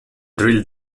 drill